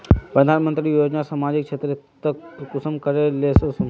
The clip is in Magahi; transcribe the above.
प्रधानमंत्री योजना सामाजिक क्षेत्र तक कुंसम करे ले वसुम?